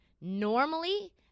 normally